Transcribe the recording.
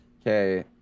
Okay